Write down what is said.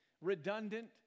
redundant